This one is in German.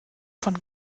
von